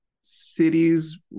Cities